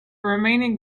remaining